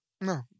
No